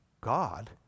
God